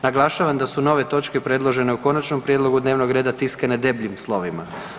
Naglašavam da su nove točke predložene u Konačnom prijedlogu dnevnog reda tiskane debljim slovima.